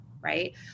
right